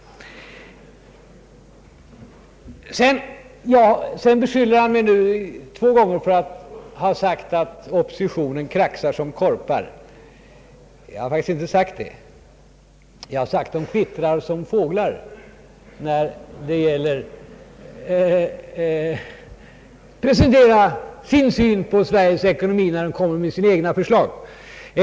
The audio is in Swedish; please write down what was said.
Herr Bohman beskyllde mig två gånger för att jag skulle ha sagt att oppositionen kraxar som korpar. Det har jag faktiskt inte sagt. Jag har sagt att op positionen kvittrar som fåglar när det för oppositionen gäller att presentera sin syn på Sveriges ekonomi då man kommer med sina förslag.